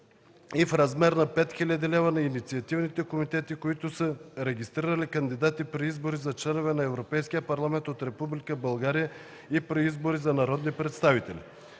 и в размер на 5 000 лв. на инициативните комитети, които са регистрирали кандидати при избори за членове на Европейския парламент от Република България и при избори за народни представитeли.